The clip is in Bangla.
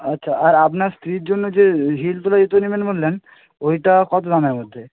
আচ্ছা আর আপনার স্ত্রীর জন্য যে হিল তোলা জুতো নেবেন বললেন ওইটা কত দামের মধ্যে